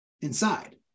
inside